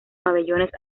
pabellones